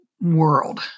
world